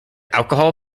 alcohol